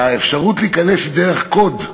והאפשרות היא להיכנס דרך קוד,